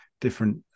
different